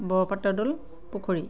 বৰপাত্ৰদৌল পুখুৰী